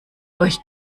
euch